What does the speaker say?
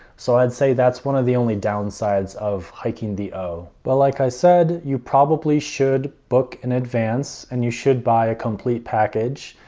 so i'd say that's one of the only downsides of hiking the o. well, like i said, you probably should book in advance and you should buy a complete package.